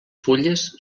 fulles